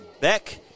Beck